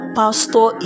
pastor